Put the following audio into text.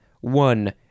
One